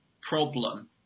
problem